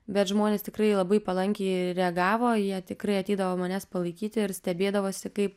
bet žmonės tikrai labai palankiai reagavo jie tikrai ateidavo manęs palaikyti ir stebėdavosi kaip